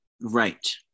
Right